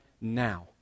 now